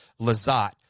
Lazat